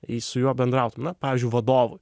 jis su juo bendrautų na pavyzdžiui vadovui